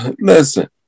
Listen